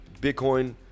bitcoin